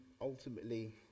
ultimately